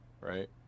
right